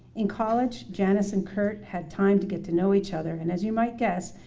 in college, janice and kurt had time to get to know each other and, as you might guess,